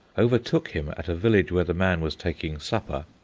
overtook him at a village where the man was taking supper,